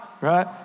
right